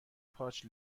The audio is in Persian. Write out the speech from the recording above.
پارچ